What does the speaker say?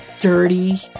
dirty